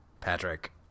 Patrick